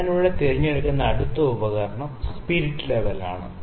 ഞാൻ ഇവിടെ തിരഞ്ഞെടുക്കുന്ന അടുത്ത ഉപകരണം സ്പിരിറ്റ് ലെവൽ ആണ്